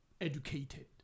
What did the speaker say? educated